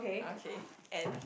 okay and